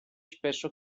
spesso